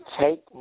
take